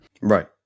Right